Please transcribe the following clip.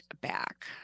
back